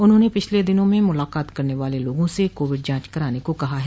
उन्होंने पिछले दिनों में मुलाकात करने वाले लोगों से कोविड जांच कराने को कहा है